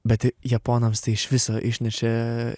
bet japonams tai iš viso išnešė